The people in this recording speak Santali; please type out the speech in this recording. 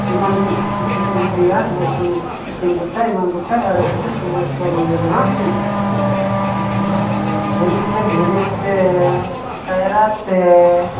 ᱮᱢᱟᱱ ᱠᱚ ᱠᱤᱪᱷᱩ ᱠᱚ ᱤᱫᱤᱭᱟ ᱵᱟᱹᱞᱴᱤᱱ ᱠᱚ ᱮᱢᱟᱱ ᱠᱚᱛᱟᱭ ᱴᱤᱯᱤᱱ ᱠᱚᱛᱟᱭ ᱟᱨᱮᱡ ᱠᱟᱛᱮᱫ ᱠᱚ ᱜᱚᱡ ᱠᱚᱣᱟ ᱵᱟᱹᱭᱦᱟᱹᱲ ᱨᱮᱦᱚᱸ ᱡᱷᱟᱹᱞᱤᱛᱮ ᱜᱷᱩᱱᱤᱛᱮ ᱥᱟᱭᱨᱟᱛᱮ